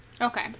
Okay